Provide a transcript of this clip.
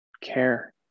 care